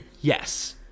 Yes